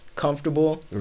comfortable